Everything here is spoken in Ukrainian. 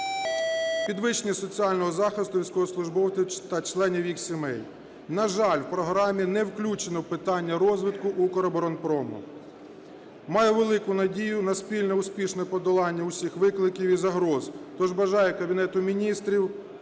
підвищення соціального захисту військовослужбовців та членів їх сімей. На жаль, в програмі не включено питання розвитку "Укроборонпрому". Маю велику надію на спільне успішне подолання усіх викликів і загроз. Тож бажаю Кабінету Міністрів